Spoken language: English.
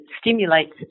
stimulates